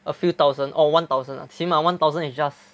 a few thousand or one thousand 起码 one thousand is just